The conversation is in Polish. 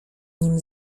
nim